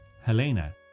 Helena